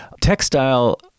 textile